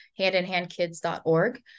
handinhandkids.org